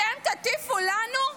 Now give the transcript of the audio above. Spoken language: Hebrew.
אתם תטיפו לנו?